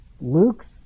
Luke's